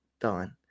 done